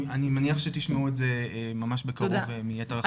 אני מניח שתשמעו את זה ממש בקרוב גם מיתר החברים.